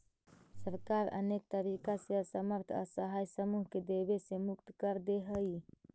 सरकार अनेक तरीका से असमर्थ असहाय समूह के देवे से मुक्त कर देऽ हई